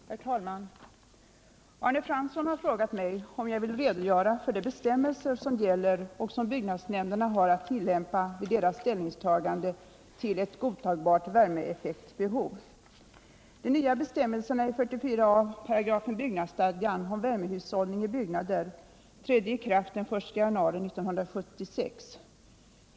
Herr talman! Arne Fransson har frågat mig om jag vill redogöra för de bestämmelser som gäller och som byggnadsnämnderna har att tillämpa vid deras ställningstagande till ett godtagbart värmeeffektbehov. De nya bestämmelserna i 44 a § byggnadsstadgan om värmehushållning i byggnader trädde i kraft den 1 januari 1976.